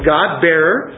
God-bearer